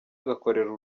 agakorera